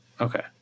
Okay